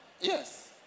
Yes